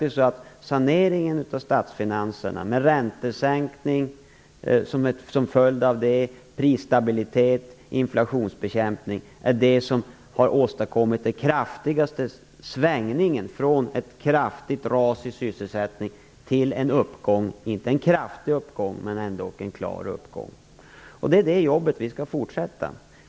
Saneringen av statsfinanserna med räntesänkning som följd, prisstabilitet och inflationsbekämpning är det som har åstadkommit den kraftigaste svängningen från ett kraftigt ras i sysselsättning till en uppgång, inte en kraftig uppgång men en klar uppgång. Det är det jobbet vi skall fortsätta med.